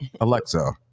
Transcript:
alexa